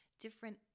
different